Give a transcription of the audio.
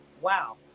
Wow